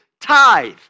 tithe